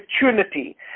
opportunity